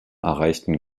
erreichten